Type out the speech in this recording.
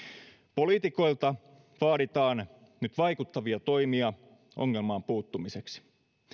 poliitikoilta vaaditaan nyt vaikuttavia toimia ongelmaan puuttumiseksi